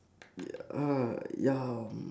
yeah ah ya mm